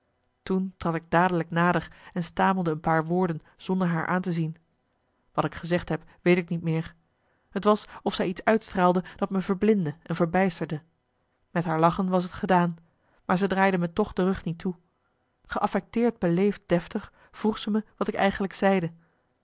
toen trad ik dadelijk nader en stamelde een paar woorden zonder haar aan te zien wat ik gezegd heb weet ik niet meer t was of zij iets uitstraalde dat me vermarcellus emants een nagelaten bekentenis blindde en verbijsterde met haar lachen was t gedaan maar zij draaide me toch de rug niet toe geaffecteerd beleefd deftig vroeg ze me wat ik eigenlijk zeide